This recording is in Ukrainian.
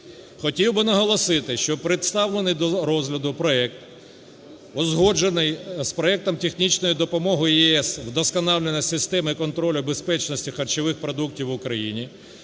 Хотів би наголосити, що представлений до розгляду проект узгоджений з Проектом технічної допомоги ЄС "Вдосконалення системи контролю безпечності харчових продуктів в Україні",